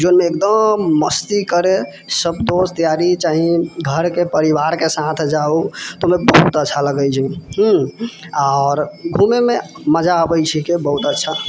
जेहिमे एकदम मस्ती करै सभ दोस्त यारी चाहे घरके परिवारके साथ जाऊ तऽ मतलब बहुत अच्छा लागै छै हूॅं आओर घुमयमे मजा आबै छिके बहुत अच्छा